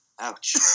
Ouch